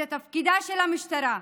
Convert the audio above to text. זה תפקידה של המשטרה,